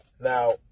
Now